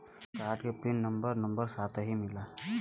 Card के pin number number साथही मिला?